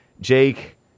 Jake